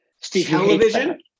television